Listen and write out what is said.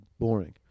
boring